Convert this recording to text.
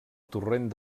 torrent